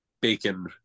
bacon